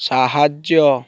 ସାହାଯ୍ୟ